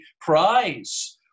prize